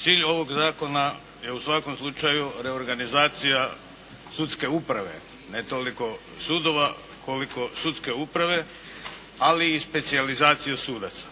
Cilj ovog zakona je u svakom slučaju reorganizacija sudske uprave, ne toliko sudova koliko sudske uprave ali i specijalizacija sudaca.